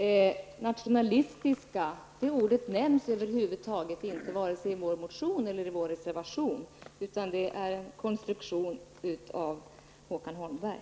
Fru talman! En mycket kort replik. Ordet nationalistiska nämns över huvud taget inte, vare sig i vår motion eller i vår reservation, utan det är en konstruktion av Håkan Holmberg.